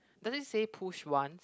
does it say push one